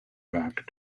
back